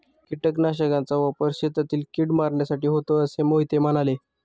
कीटकनाशकांचा वापर शेतातील कीड मारण्यासाठी होतो असे मोहिते म्हणाले